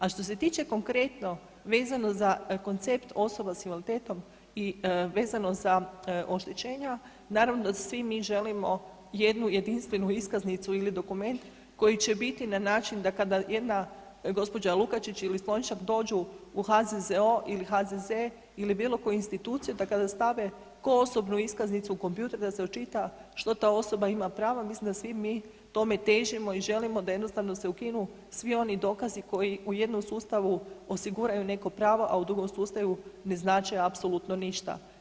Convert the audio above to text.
A što se tiče konkretno vezano za koncept osoba s invaliditetom i vezano za oštećenja, naravno svi mi želimo jednu jedinstvenu iskaznicu ili dokument koji će biti na način da kada jedna gđa. Lukačić ili Slonjšak dođu u HZZO ili HZZ ili bilo koju instituciju da kada stave ko osobnu iskaznicu u kompjuter da se očita što ta osoba ima prava, mislim da svi mi tome težimo i želimo da jednostavno se ukinu svi oni dokazi koji u jednom sustavu osiguranju neko pravo, a u drugom sustavu ne znače apsolutno ništa.